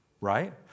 Right